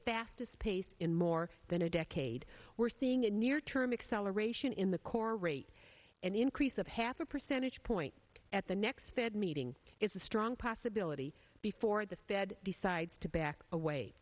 fastest pace in more than a decade we're seeing a near term excel aeration in the core rate an increase of half a percentage point at the next fed meeting is a strong possibility before the fed decides to back away